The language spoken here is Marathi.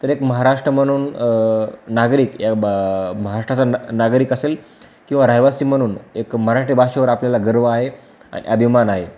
तर एक महाराष्ट्र म्हणून नागरिक या ब महाराष्ट्राचा ना नागरिक असेल किंवा राहवासी म्हणून एक मराठी भाषेवर आपल्याला गर्व आहे आणि अभिमान आहे